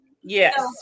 Yes